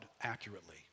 accurately